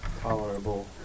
Tolerable